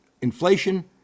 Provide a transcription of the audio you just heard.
inflation